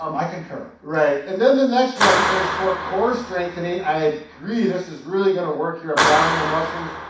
um i concur. right, and then the next one is for core strengthening, i agree this is really gonna work your abdominal muscles,